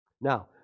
Now